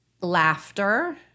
laughter